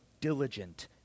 diligent